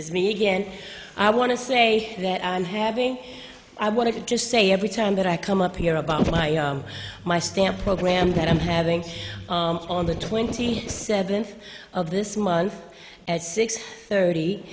it's me again i want to say that i'm having i want to just say every time that i come up here about my stamp program that i'm having on the twenty seventh of this month at six thirty